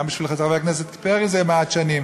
וגם בשביל חבר הכנסת פרי זה מעט שנים,